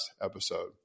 episode